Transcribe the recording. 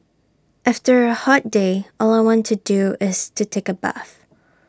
after A hot day all I want to do is take A bath